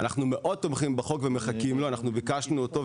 אנחנו מאוד תומכים בחוק ומחכים לו; אנחנו ביקשנו אותו.